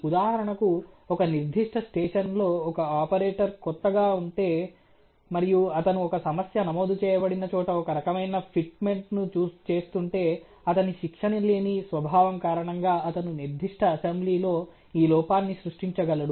ఉదాహరణకు ఒక నిర్దిష్ట స్టేషన్ లో ఒక ఆపరేటర్ కొత్తగా ఉంటే మరియు అతను ఒక సమస్య నమోదు చేయబడిన చోట ఒక రకమైన ఫిట్మెంట్ ను చేస్తుంటే అతని శిక్షణ లేని స్వభావం కారణంగా అతను నిర్దిష్ట అసెంబ్లీలో ఈ లోపాన్ని సృష్టించగలడు